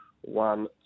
One